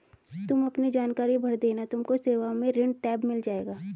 तुम अपने जानकारी भर देना तुमको सेवाओं में ऋण टैब मिल जाएगा